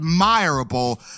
admirable